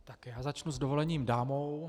Tak já začnu s dovolením dámou.